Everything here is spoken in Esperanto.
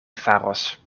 faros